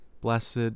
Blessed